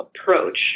approach